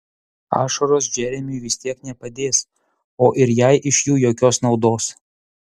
ašaros džeremiui vis tiek nepadės o ir jai iš jų jokios naudos